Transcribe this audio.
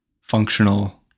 functional